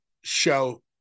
show